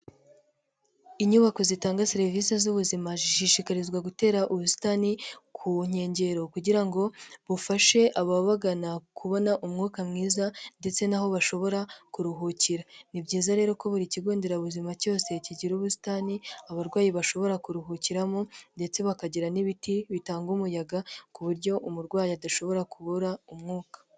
Inyubako zitanga serivisi z'ubuzima zishishikarizwa gutera ubusitani ku nkengero kugira ngo bufashe ababagana kubona umwuka mwiza ndetse n'aho bashobora kuruhukira. Ni byiza rero ko buri kigo nderabuzima cyose kigira ubusitani abarwayi bashobora kuruhukiramo ndetse bakagira n'ibiti bitanga umuyaga ku buryo umurwayi adashobora kubura umwuka.